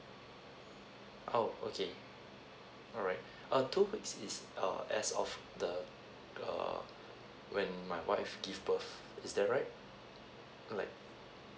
oh okay alright uh two weeks is err as of the err when my wife give birth is that right like